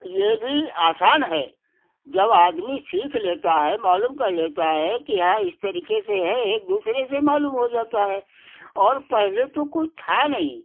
ये भी आसान है जब आदमी सीख लेता है मालूम कर लेता है कि हाँ इस तरीके से है एक दूसरे से मालूम हो जाता है और पहले तो कुछ था नहीं